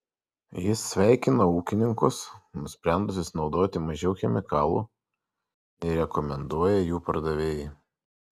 jis sveikina ūkininkus nusprendusius naudoti mažiau chemikalų nei rekomenduoja jų pardavėjai